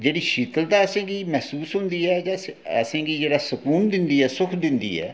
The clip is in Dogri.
जेह्ड़ी शीतलता असेंगी महसूस होंदी ऐ असेंगी जेह्ड़ा सकून दिंदी ऐ